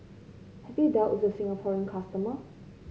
have you dealt with the Singaporean customer